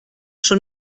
schon